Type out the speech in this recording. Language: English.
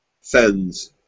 Fens